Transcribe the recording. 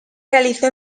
realizó